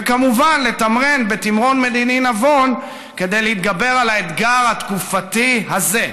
וכמובן לתמרן בתמרון מדיני נבון כדי להתגבר על האתגר התקופתי הזה.